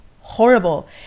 horrible